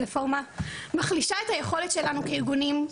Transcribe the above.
רפורמה מחלישה את היכולת שלנו כארגונים,